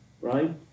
Right